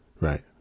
right